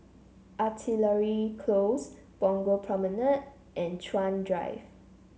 Artillery Close Punggol Promenade and Chuan Drive